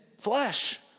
flesh